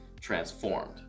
transformed